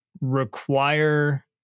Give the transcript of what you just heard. require